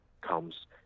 comes